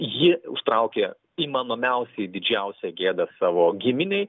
ji užtraukė įmanomiausiai didžiausią gėdą savo giminei